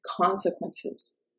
consequences